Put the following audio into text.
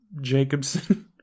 Jacobson